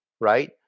right